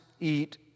eat